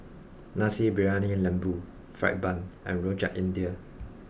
Nasi Briyani Lembu Fried Bun and Rojak India